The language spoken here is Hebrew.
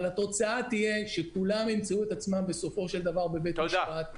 אבל התוצאה תהיה שכולם ימצאו את עצמם בסופו של דבר בבית המשפט.